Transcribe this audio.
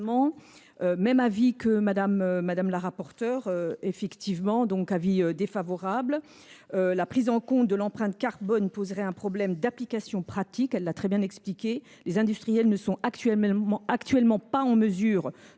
rapporteure : défavorable. La prise en compte de l’empreinte carbone poserait un problème d’application pratique. Les industriels ne sont actuellement pas en mesure